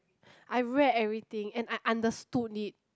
I read everything and I understood it